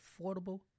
affordable